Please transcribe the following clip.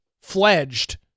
fledged